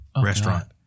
restaurant